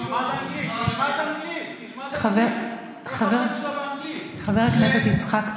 חבר הכנסת יצחק פינדרוס,